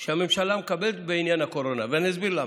שהממשלה מקבלת בעניין הקורונה, ואני אסביר למה.